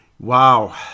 Wow